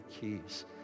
keys